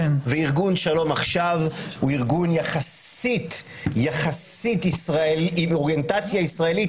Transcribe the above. וארגון שלום עכשיו הוא ארגון יחסית עם אוריינטציה ישראלית,